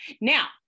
Now